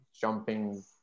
jumping